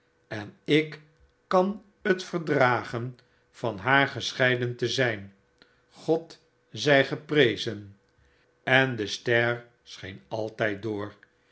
en ik kan het verdragen van haar gescheiden te zyn god zy geprezen en de ster scheen altyd door